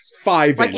Five